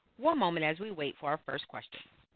one moment as we wait for our first question.